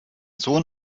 sohn